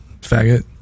Faggot